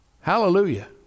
Hallelujah